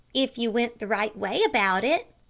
if you went the right way about it.